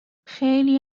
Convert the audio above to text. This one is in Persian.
خیلی